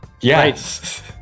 Yes